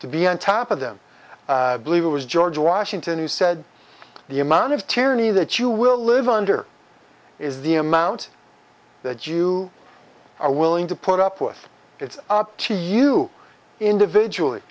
to be on top of them believe it was george washington who said the amount of tyranny that you will live under is the amount that you are willing to put up with it's up to you individually